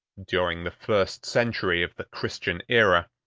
during the first century of the christian aera,